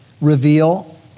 reveal